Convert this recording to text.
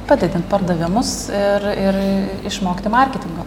padidint pardavimus ir ir išmokti marketingo